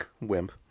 wimp